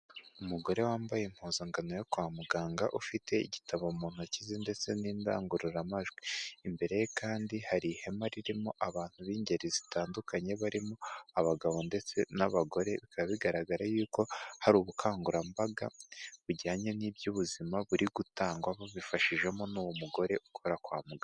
Umugore wambaye impuzankano yo kwa muganga ufite igitabo mu ntoki ze ndetse n'indangururamajwi. Imbere ye kandi hari ihema ririmo abantu b'ingeri zitandukanye barimo abagabo ndetse n'abagore bikaba bigaragara yuko hari ubukangurambaga bujyanye n'iby'ubuzima buri gutangwa babifashijwemo n'uwo mugore ukora kwa muganga.